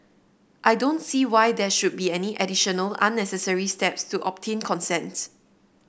I don't see why there should be any additional unnecessary steps to obtain consent